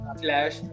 slash